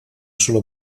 sola